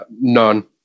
None